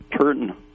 turn